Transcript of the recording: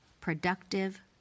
productive